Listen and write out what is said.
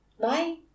bye